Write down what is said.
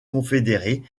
confédérée